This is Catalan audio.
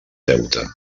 deute